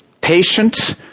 patient